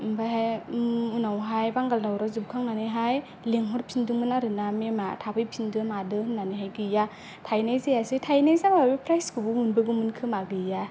ओमफायहाय उनावहाय बांगाल दावराव जोबखांनानैहाइ लिंहरफिनदोंमोन आरो ना मेमा थाफैफिन्दो मादो होन्नानैहाय गैया थाहैनाय जायासै थाहैन्नाय जाबा बे प्राइसखौबो मोनबोगौमोनखोमा गैया